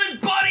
buddy